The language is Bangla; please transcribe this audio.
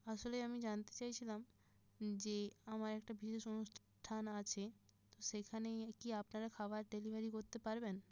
আসলে আমি জানতে চাইছিলাম যে আমার একটা বিশেষ অনুষ্ঠান আছে তো সেইখানে কি আপনারা খাবার ডেলিভারি করতে পারবেন